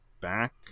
back